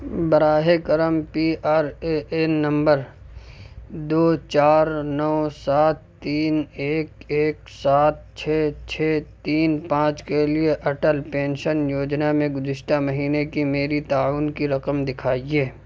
براہ کرم P R A N نمبر دو چار نو سات تین ایک ایک سات چھ چھ تین پانچ کے لیے اٹل پینشن یوجنا میں گزشتہ مہینے کی میری تعاون کی رقم دکھائیے